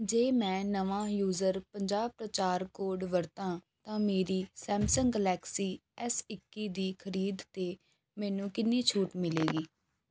ਜੇ ਮੈਂ ਨਵਾਂ ਯੂਜ਼ਰ ਪੰਜਾਹ ਪ੍ਰਚਾਰ ਕੋਡ ਵਰਤਾਂ ਤਾਂ ਮੇਰੀ ਸੈਮਸੰਗ ਗਲੈਕਸੀ ਐਸ ਇੱਕੀ ਦੀ ਖਰੀਦ 'ਤੇ ਮੈਨੂੰ ਕਿੰਨੀ ਛੂਟ ਮਿਲੇਗੀ